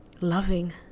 loving